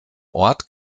ort